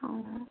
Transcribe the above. অঁ